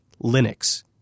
Linux